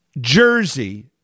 Jersey